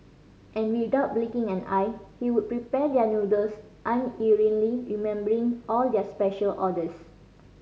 and without blinking an eye he would prepare their noodles unerringly remembering all their special orders